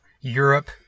Europe